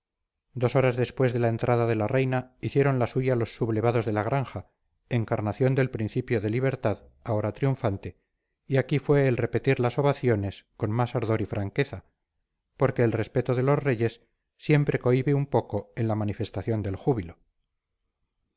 dos horas después de la entrada de la reina hicieron la suya los sublevados de la granja encarnación del principio de libertad ahora triunfante y aquí fue el repetir las ovaciones con más ardor y franqueza porque el respeto de los reyes siempre cohíbe un poco en la manifestación del júbilo